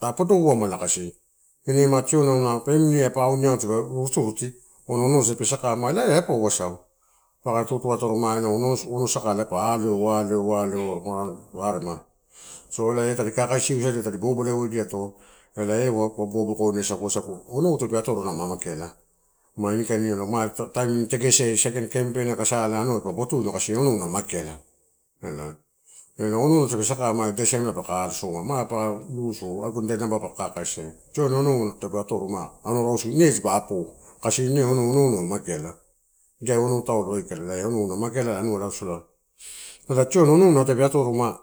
Ta podouama kasi, ine ma tioni auna family ai, pau, niau tape rutiruti auna onou tape sake ma ela elaiasa tu atoro, ma ena onou saka pa aloeu, pa aloeu, pa aloeu asa rarema so ela tadi kakasio ediato tadi bobolaioediato ela eh uaegato wasagu onou tape otoro mape mageala. Mu inikain io ma taim amini tegese sakain kempein aka sa ma anua dipa botuno kasi onou na mageala elai. Onou tape sakanna ma idai naba taupaka kakaisia onou tape atoro ma anua rausu dipa opou kasi ine onou na mageala. Ela tioni onouna tape atoro ma